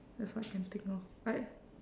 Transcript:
that's what I can think of I